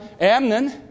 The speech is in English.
Amnon